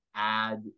add